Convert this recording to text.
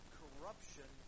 corruption